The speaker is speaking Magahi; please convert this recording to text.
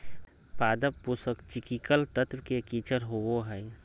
पादप पोषक चिकिकल तत्व के किचर होबो हइ